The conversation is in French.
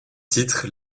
titre